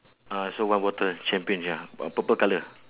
uh so what bottle champagne you have uh purple colour